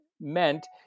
meant